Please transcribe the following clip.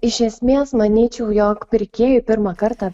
iš esmės manyčiau jog pirkėjui pirmą kartą